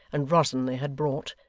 and rosin they had brought,